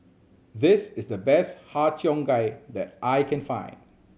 this is the best Har Cheong Gai that I can find